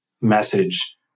message